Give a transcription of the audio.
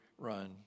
run